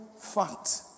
fact